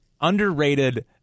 underrated